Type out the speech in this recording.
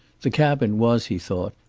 the cabin was, he thought,